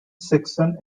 section